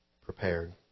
prepared